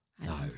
No